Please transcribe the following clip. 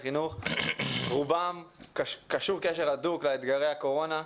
החינוך קשור קשר הדוק לאתגרי הקורונה.